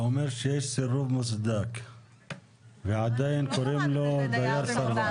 אתה אומר שיש סירוב מוצדק ועדין קוראים לו כך?